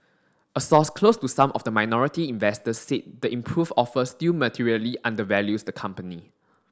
a source close to some of the minority investors said the improved offer still materially undervalues the company